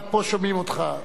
עד פה שומעים אותך.